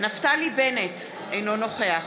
נפתלי בנט, אינו נוכח